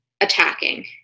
attacking